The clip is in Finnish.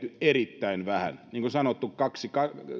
erittäin vähän niin kuin sanottu